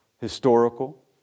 historical